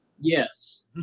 Yes